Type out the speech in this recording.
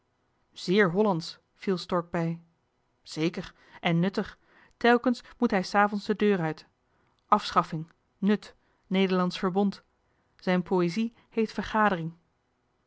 zeer hollandsch viel stork bij zeker en nuttig telkens moet hij s avonds de deur uit afschaffing nut nederlandsch verbond zijn poëzie heet vergadering